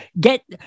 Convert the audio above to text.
get